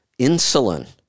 Insulin